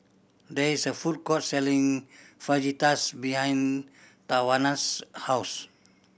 there is a food court selling Fajitas behind Tawanna's house